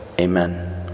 Amen